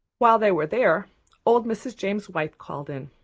while they were there old mrs. james white called in.